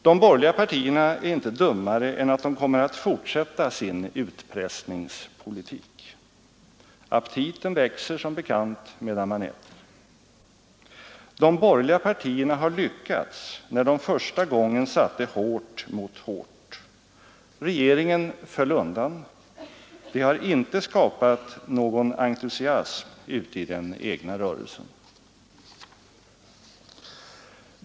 De borgerliga partierna är inte dummare än att de kommer att fortsätta sin utpressningspolitik. Aptiten växer som bekant medan man äter, De borgerliga partierna har lyckats när de första gången satte hårt mot hårt. Regeringen föll undan. Det har inte skapat någon entusiasm ute i den egna rörelsen.